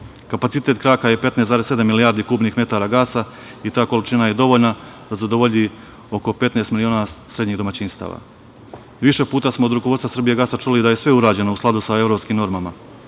Kapacitet kraka je 15,7 milijardi kubnih metara gasa i ta količina je dovoljna da zadovolji oko 15 miliona srednjih domaćinstava. Više puta smo od rukovodstva Srbijagasa čuli da je sve urađeno u skladu sa evropskim normama.